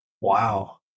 Wow